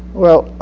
well,